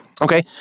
Okay